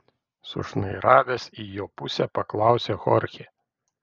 sušnairavęs į jo pusę paklausė chorchė